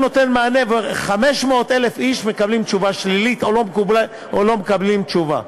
הוא נותן מענה ו-500,000 איש מקבלים תשובה שלילית או לא מקבלים תשובה.